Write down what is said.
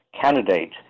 candidate